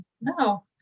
No